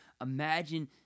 imagine